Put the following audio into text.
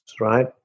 right